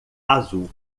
azul